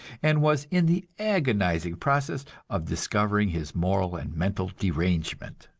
and was in the agonizing process of discovering his moral and mental derangement.